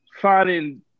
finding